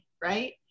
right